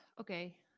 Okay